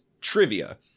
trivia